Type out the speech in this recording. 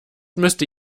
müsste